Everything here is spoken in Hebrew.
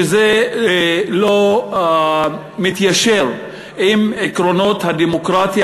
וזה לא מתיישר עם עקרונות הדמוקרטיה